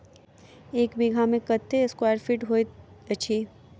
एक बीघा मे कत्ते स्क्वायर फीट होइत अछि?